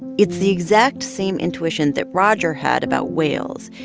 it's the exact same intuition that roger had about whales.